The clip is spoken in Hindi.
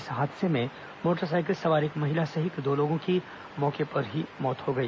इस हादसे में मोटरसाइकिल सवार एक महिला सहित दो लोगों की मौके पर ही मौत हो गई